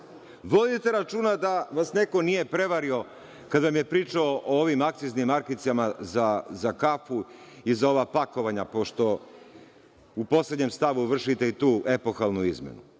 temu. Vodite računa da vas neko nije prevario kada vam je pričao o ovim akciznim markicama za kafu i za ova pakovanja, pošto u poslednjem stavu vršite i tu epohalnu izmenu.